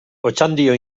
otxandio